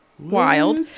Wild